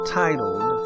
titled